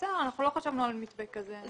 אנחנו לא חשבנו על מתווה כזה.